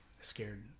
scared